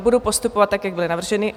Budu postupovat tak, jak byly navrženy.